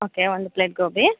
okay ಒಂದು plate gobi